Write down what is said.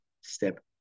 step